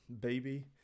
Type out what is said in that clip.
baby